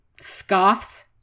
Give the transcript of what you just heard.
scoffs